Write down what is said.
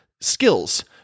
skills